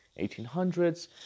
1800s